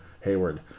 Hayward